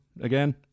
again